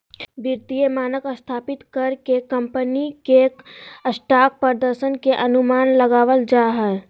वित्तीय मानक स्थापित कर के कम्पनी के स्टॉक प्रदर्शन के अनुमान लगाबल जा हय